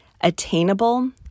attainable